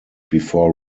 before